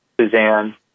Suzanne